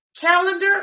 Calendar